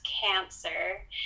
Cancer